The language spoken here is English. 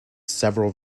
several